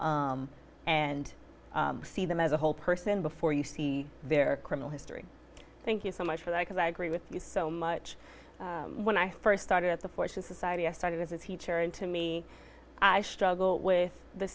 and see them as a whole person before you see their criminal history thank you so much for that because i agree with you so much when i st started at the forces society i started as a teacher and to me i struggle with the